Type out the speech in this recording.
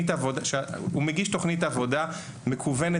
הוא מגיש תכנית עבודה מקוונת,